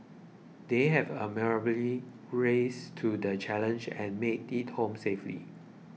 they have admirably risen to the challenge and made it home safely